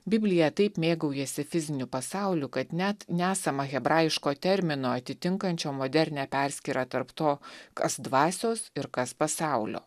biblija taip mėgaujasi fiziniu pasauliu kad net nesama hebrajiško termino atitinkančio modernią perskyrą tarp to kas dvasios ir kas pasaulio